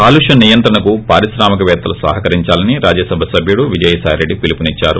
కాలుష్వ నియంత్రణకు పారిశ్రామిక పేత్తలు సహకరించాలని రాజ్వసభ సభ్వుడు విజయసాయిరెడ్లి పిలుపు నిచ్చారు